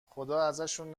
خداازشون